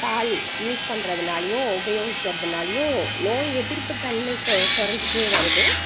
பால் use பண்ணுறதுனாலியும் உபயோகிக்கிறதுனாலேயும் நோய் எதிர்ப்புத்தன்மை கொ குறைஞ்சிட்டே வருது